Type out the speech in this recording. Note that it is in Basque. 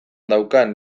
daukadan